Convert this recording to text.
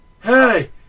hey